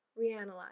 reanalyze